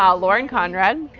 um lauren conrad,